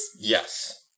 Yes